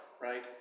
right